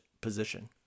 position